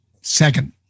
Second